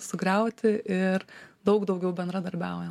sugriauti ir daug daugiau bendradarbiauja